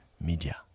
media